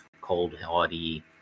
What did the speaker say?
cold-hardy